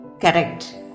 correct